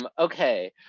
um okay.